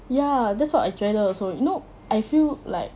ya that's what I 觉得 also you know I feel like